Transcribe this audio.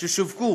ששווקו